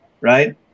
right